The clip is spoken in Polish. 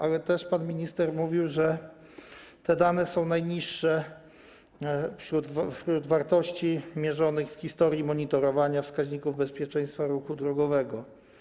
Ale też pan minister mówił, że te dane są najniższe wśród wartości mierzonych w historii monitorowania wskaźników bezpieczeństwa ruchu drogowego.